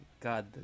God